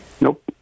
Nope